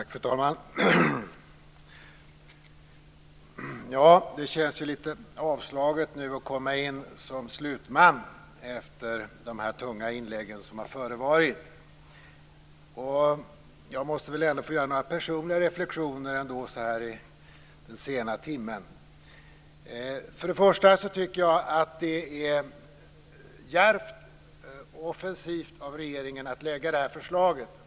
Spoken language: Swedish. Fru talman! Det känns litet avslaget att komma in som slutman efter de tunga inlägg som har förevarit. Jag måste ändå få göra några personliga reflexioner så här i den sena timmen. Först och främst tycker jag att det är djärvt och offensivt av regeringen att lägga fram det här förslaget.